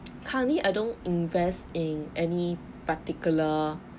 currently I don't invest in any particular